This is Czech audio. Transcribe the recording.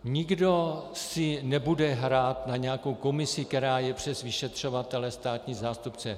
Nikdo si nebude hrát na nějakou komisi, která je přes vyšetřovatele, státní zástupce.